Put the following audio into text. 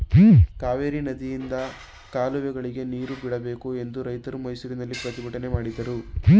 ಕಾವೇರಿ ನದಿಯಿಂದ ಕಾಲುವೆಗಳಿಗೆ ನೀರು ಬಿಡಬೇಕು ಎಂದು ರೈತರು ಮೈಸೂರಿನಲ್ಲಿ ಪ್ರತಿಭಟನೆ ಮಾಡಿದರು